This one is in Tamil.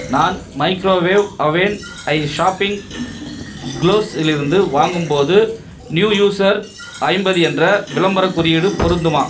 நான் மைக்ரோவேவ் அவென் ஐ ஷாப்பிங் க்ளூஸ்ஸிலிருந்து வாங்கும்போது நியூ யூசர் ஐம்பது என்ற விளம்பரக் குறியீடு பொருந்துமா